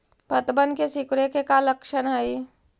पत्तबन के सिकुड़े के का लक्षण हई?